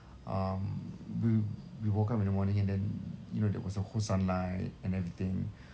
um we we woke up in the morning and then you know there was a whole sunlight and everything